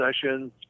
sessions